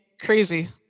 crazy